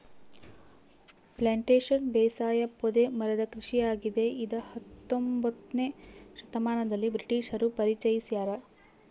plantation ಬೇಸಾಯ ಪೊದೆ ಮರದ ಕೃಷಿಯಾಗಿದೆ ಇದ ಹತ್ತೊಂಬೊತ್ನೆ ಶತಮಾನದಲ್ಲಿ ಬ್ರಿಟಿಷರು ಪರಿಚಯಿಸ್ಯಾರ